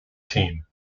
team